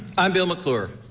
i'm bill mcclure,